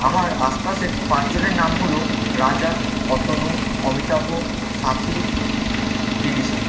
আমার আশপাশের পাঁচজনের নাম হলো রাজা অতনু অমিতাভ সাথি বিদিশা